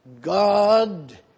God